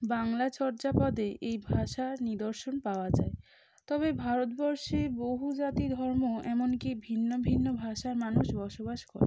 বাংলা চর্যাপদে এই ভাষার নিদর্শন পাওয়া যায় তবে ভারতবর্ষে বহু জাতি ধর্ম এমন কি ভিন্ন ভিন্ন ভাষার মানুষ বসবাস করে